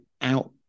out